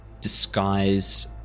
disguise